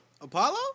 Apollo